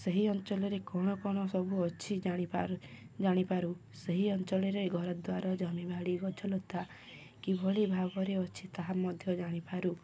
ସେହି ଅଞ୍ଚଳରେ କ'ଣ କ'ଣ ସବୁ ଅଛି ଜାଣିପାରୁ ଜାଣିପାରୁ ସେହି ଅଞ୍ଚଳରେ ଘରଦ୍ୱାର ଜମିବାଡ଼ି ଗଛଲତା କିଭଳି ଭାବରେ ଅଛି ତାହା ମଧ୍ୟ ଜାଣିପାରୁ